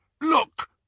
look